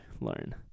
learn